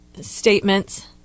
statements